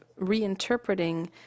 reinterpreting